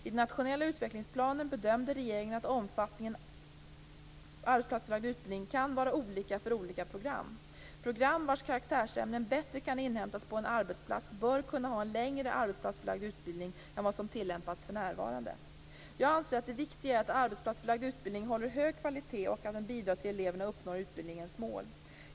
I den nationella utvecklingsplanen bedömde regeringen att omfattningen av arbetsplatsförlagd utbildning kan vara olika för olika program. Program vars karaktärsämnen bättre kan inhämtas på en arbetsplats bör kunna ha en längre arbetsplatsförlagd utbildning än vad som tilllämpas för närvarande. Jag anser att det viktiga är att arbetsplatsförlagd utbildning håller hög kvalitet och att den bidrar till att eleverna uppnår utbildningens mål.